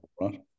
right